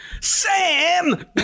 Sam